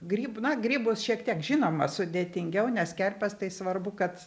gryb na grybus šiek tiek žinoma sudėtingiau nes kerpes tai svarbu kad